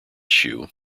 shoe